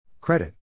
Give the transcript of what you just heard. Credit